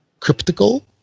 Cryptical